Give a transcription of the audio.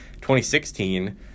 2016